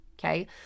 okay